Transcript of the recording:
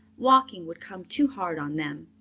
walking would come too hard on them.